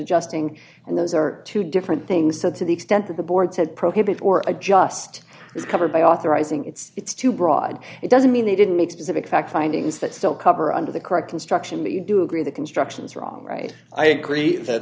adjusting and those are two different things said to the extent that the board said prohibit or adjust is covered by authorizing it's too broad it doesn't mean they didn't make specific fact findings that still cover under the correct construction but you do agree that construction is wrong right i agree